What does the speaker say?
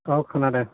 औ खोनादों